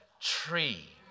tree